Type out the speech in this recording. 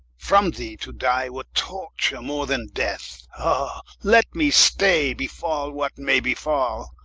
from thee to dye, were torture more then death oh let me stay, befall what may befall